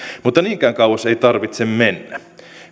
mutta niinkään kauas ei tarvitse mennä